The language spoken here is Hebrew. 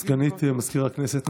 סגנית מזכיר הכנסת,